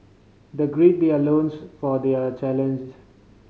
they gird their loins for their challenge